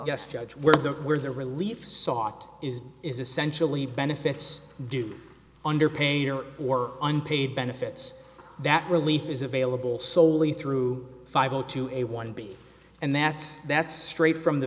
yes judge we're that we're the relief sought is is essentially benefits do under pain or unpaid benefits that relief is available soley through five o two a one b and that's that's straight from the